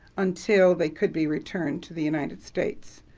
until they could be returned to the united states.